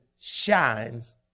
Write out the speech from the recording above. shines